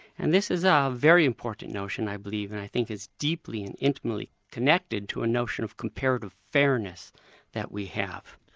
and this is a very important notion i believe, and i think it's deeply and intimately connected to a notion of comparative fairness that we have.